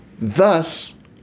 thus